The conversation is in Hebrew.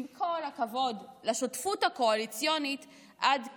עם כל הכבוד לשותפות הקואליציוניות, עד כאן.